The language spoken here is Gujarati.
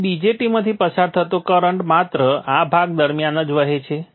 આથી BJT માંથી પસાર થતો કરંટ માત્ર આ ભાગ દરમિયાન જ વહે છે